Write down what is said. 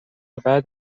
بعد